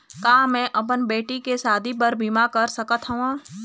का मैं अपन बेटी के शादी बर बीमा कर सकत हव?